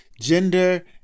Gender